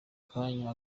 kanya